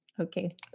Okay